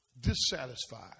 Dissatisfied